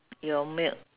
your milk